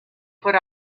put